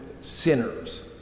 sinners